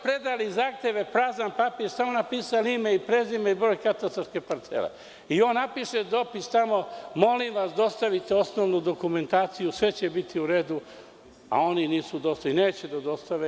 Predali su zahteve, prazan papir, samo napisali ime i prezime i broj katastarske parcele i on napiše dopis tamo – molim vas, dostavite osnovnu dokumentaciju i sve će biti u redu, a oni nisu dostavili i neće da dostave.